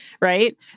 Right